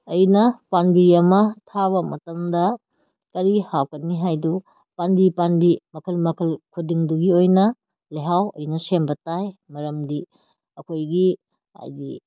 ꯑꯩꯅ ꯄꯥꯝꯕꯤ ꯑꯃ ꯊꯥꯕ ꯃꯇꯝꯗ ꯀꯔꯤ ꯍꯥꯞꯀꯅꯤ ꯍꯥꯏꯕꯗꯨ ꯄꯥꯝꯕꯤ ꯄꯥꯝꯕꯤ ꯃꯈꯜ ꯃꯈꯜ ꯈꯨꯗꯤꯡꯗꯨꯒꯤ ꯑꯣꯏꯅ ꯂꯩꯍꯥꯎ ꯑꯩꯅ ꯁꯦꯝꯕ ꯇꯥꯏ ꯃꯔꯝꯗꯤ ꯑꯩꯈꯣꯏꯒꯤ ꯍꯥꯏꯕꯗꯤ